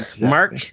mark